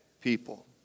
people